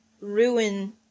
ruin